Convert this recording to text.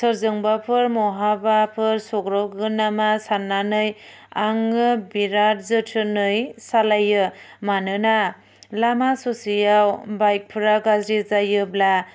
सोरजोंबाफोर महाबाफोर सौग्रावगोन नामा सान्नानै आङो बिराथ जोथोनै सालायो मानोना लामा ससेयाव बाइकफ्रा गाज्रि जायोब्ला